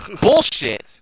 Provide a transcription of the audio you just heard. bullshit